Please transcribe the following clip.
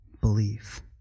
belief